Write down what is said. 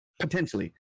potentially